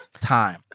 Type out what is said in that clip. time